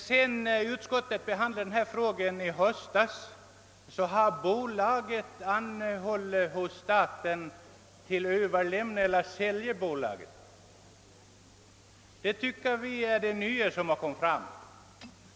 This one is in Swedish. Sedan utskottet behandlat frågan i höstas hade bolaget anhållit att få sälja sin rörelse till staten. Detta är det nya som har inträffat.